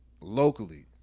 locally